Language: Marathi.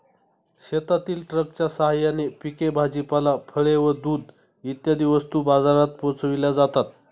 शेतातील ट्रकच्या साहाय्याने पिके, भाजीपाला, फळे व दूध इत्यादी वस्तू बाजारात पोहोचविल्या जातात